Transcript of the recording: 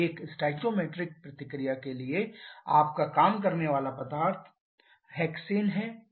एक stoichiometric प्रतिक्रिया के लिए आपका काम करने वाला तरल पदार्थ हेक्सेन है